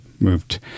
moved